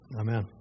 Amen